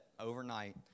overnight